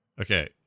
okay